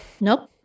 Nope